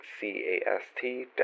C-A-S-T